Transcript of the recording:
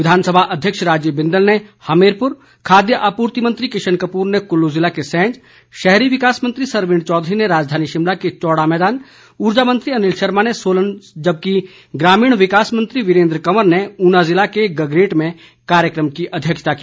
विधानसभा अध्यक्ष राजीव बिंदल ने हमीरपुर खाद्य आपूर्ति मंत्री किशन कपूर ने कुल्लू ज़िले के सैंज शहरी विकास मंत्री सरवीण चोधरी ने राजधानी शिमला के चौड़ा मैदान ऊर्जा मंत्री अनिल शर्मा ने सोलन जबकि ग्रामीण विकास मंत्री वीरेन्द्र कंवर ने ऊना ज़िले के गगरेट में कार्यक्रम की अध्यक्षता की